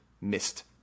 missed